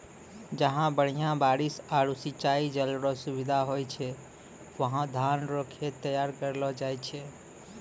जहां बढ़िया बारिश आरू सिंचाई जल रो सुविधा होय छै वहां धान रो खेत तैयार करलो जाय छै